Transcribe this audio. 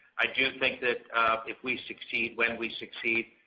i do think that if we succeed when we succeed,